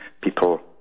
People